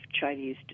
Chinese